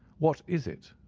what is it?